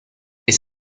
ist